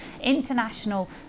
international